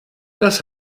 das